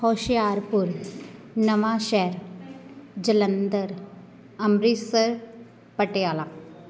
Hoshiarpur Nawanshahr Jalandhar Amritsar Patiala